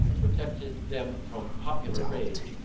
protected them from popular rage,